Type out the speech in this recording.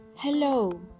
Hello